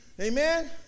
Amen